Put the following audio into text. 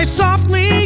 softly